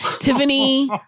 Tiffany